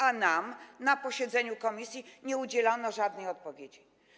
A nam na posiedzeniu komisji nie udzielono żadnej odpowiedzi.